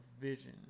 vision